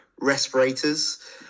respirators